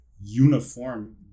uniform